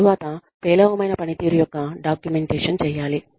తరువాత పేలవమైన పనితీరు యొక్క డాక్యుమెంటేషన్ చేయాలి